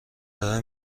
ارائه